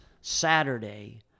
saturday